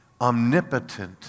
omnipotent